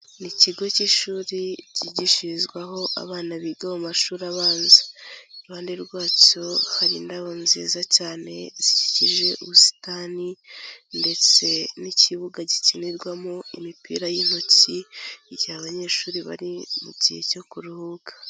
Ni ikigo cy'ishuri ryigishirizwaho abana biga mu mashuri abanza, iruhande rwacyo hari indabo nziza cyane zikikije ubusitani ndetse n'ikibuga gikinirwamo imipira y'intoki igihe abanyeshuri bari mu gihe cyo kuruhuka.